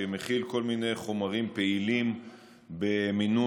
שמכיל כל מיני חומרים פעילים במינון